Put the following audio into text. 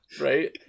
right